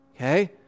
okay